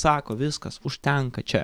sako viskas užtenka čia